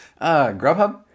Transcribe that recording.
Grubhub